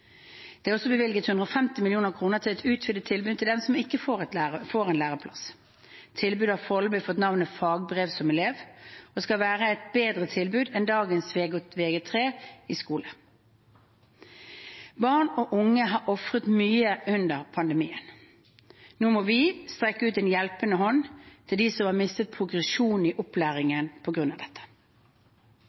Det er også bevilget 150 mill. kr til et utvidet tilbud til dem som ikke får læreplass. Tilbudet har foreløpig fått navnet «fagbrev som elev» og skal være et bedre tilbud enn dagens Vg3 i skole. Barn og unge har ofret mye under pandemien. Nå må vi strekke ut en hjelpende hånd til dem som har mistet progresjon i opplæringen på grunn av dette.